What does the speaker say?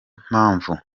mpamvu